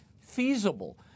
feasible—